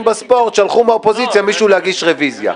בספורט שלחו מישהו מהאופוזיציה להגיש רביזיה.